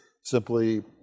simply